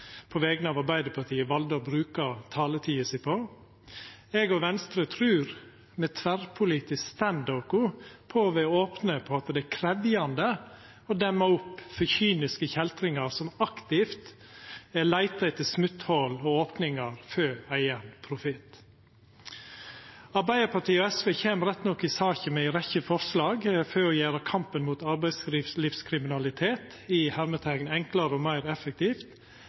på vegner av Arbeidarpartiet valde å bruka taletida si på. Eg og Venstre trur me tverrpolisk står oss på å vera opne om at det er krevjande å demma opp for kyniske kjeltringar som aktivt leitar etter smotthòl og opningar for eigen profitt. Arbeidarpartiet og SV kjem rett nok med ei rekkje forslag i saka for å gjera kampen mot arbeidslivskriminalitet «enklere og